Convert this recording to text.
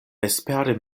vespere